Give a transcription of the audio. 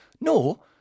no